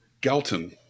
Galton